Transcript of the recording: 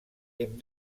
hem